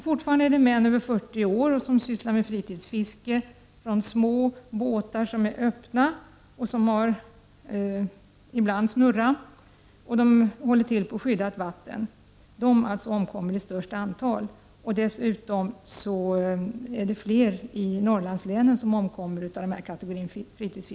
Fortfarande är det män över 40 år som sysslar med fritidsfiske från små och öppna båtar med eller utan snurra på skyddat vatten som omkommer i störst antal. I kategorin fritidsfiskare omkommer fler personer i Norrlandslänen än i andra län.